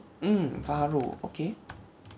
mm pharaoh okay